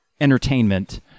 entertainment